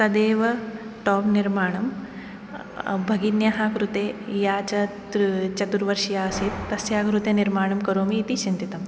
तदेव टाप् निर्माणं भगिन्याः कृते या चतृ चतुर्वर्षीया आसीत् तस्याः कृते निर्माणं करोमि इति चिन्तितम्